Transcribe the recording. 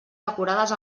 decorades